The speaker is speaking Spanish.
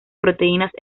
proteínas